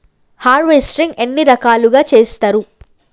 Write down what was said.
Harvesting ఎన్ని రకాలుగా చేస్తరు?